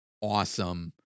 awesome